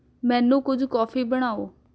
ਮੈਨੂੰ ਕੁਝ ਕੌਫੀ ਬਣਾਉ